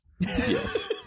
Yes